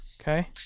Okay